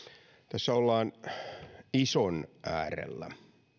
tässä ollaan ison äärellä